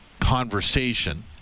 conversation